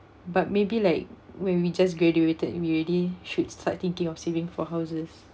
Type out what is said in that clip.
but maybe like when we just graduated we already should start thinking of saving for houses